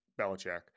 Belichick